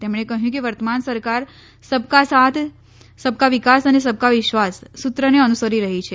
તેમણે કહ્યું કે વર્તમાન સરકાર સબકા સાથ સબકા વિકાસ અને સબકા વિશ્વાસ સુત્રને અનુસરી રહી છે